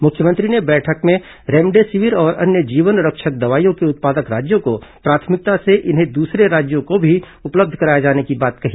मुख्यमंत्री ने बैठक में रेमडेसिविर और अन्य जीवनरक्षक दवाइयों के उत्पादक राज्यों को प्राथमिकता से इन्हें दूसरे राज्यों को भी उपलब्ध कराए जाने की बात कही